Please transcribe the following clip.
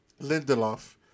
Lindelof